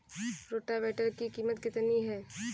Rotavator की कीमत कितनी है?